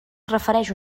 refereix